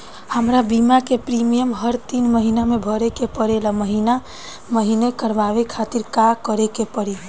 हमार बीमा के प्रीमियम हर तीन महिना में भरे के पड़ेला महीने महीने करवाए खातिर का करे के पड़ी?